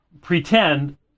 pretend